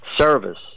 service